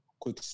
quick